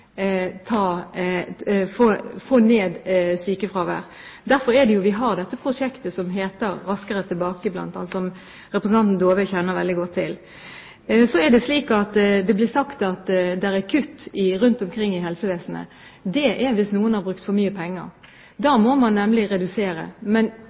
få ned sykefraværet. Derfor har vi bl.a. dette prosjektet som heter Raskere tilbake, som representanten Dåvøy kjenner veldig godt til. Så blir det sagt at det er kutt rundt omkring i helsevesenet. Det er hvis noen har brukt for mye penger. Da må man nemlig redusere. Men